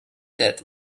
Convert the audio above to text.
that